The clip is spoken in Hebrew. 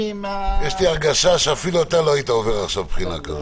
יש לי הרגשה שאפילו אתה לא היית עובר עכשיו בחינה כזאת.